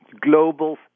global